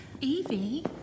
Evie